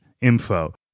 info